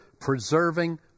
preserving